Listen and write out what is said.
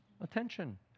Attention